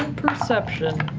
perception.